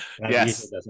Yes